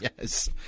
Yes